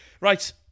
right